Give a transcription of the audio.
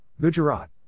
Gujarat